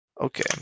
Okay